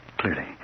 clearly